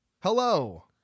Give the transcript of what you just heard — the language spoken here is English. Hello